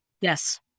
Yes